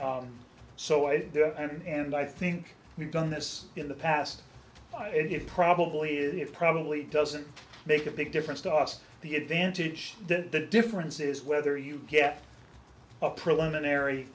do and i think we've done this in the past it probably it probably doesn't make a big difference to us the advantage that the difference is whether you get a preliminary